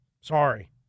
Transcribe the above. Sorry